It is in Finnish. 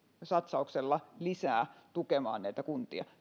lisäsatsauksella tukemaan kuntia